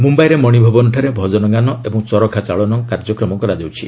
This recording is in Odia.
ମୁମ୍ୟାଇରେ ମଶିଭବନଠାରେ ଭଜନଗାନ ଓ ଚରଖା ଚାଳନା କାର୍ଯ୍ୟକ୍ରମ କରାଯାଉଛି